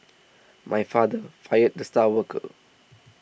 my father fired the star worker